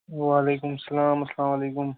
وعلیکُم سلام اسلامُ علیکُم